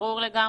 ברור לגמרי.